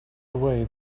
away